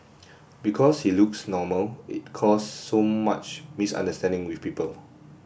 because he looks normal it caused so much misunderstanding with people